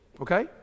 okay